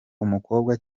umukobwa